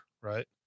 right